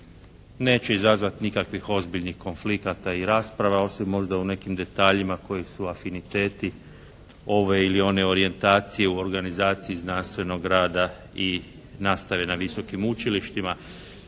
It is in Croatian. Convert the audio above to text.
neće izazvati nikakvih ozbiljnih konflikata i rasprava, osim možda u nekim detaljima koji su afiniteti ove ili one orijentacije u organizaciji znanstvenog rada i nastave na visokim učilištima.